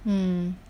mm